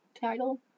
title